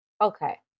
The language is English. Okay